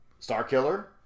Starkiller